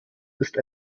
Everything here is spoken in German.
ist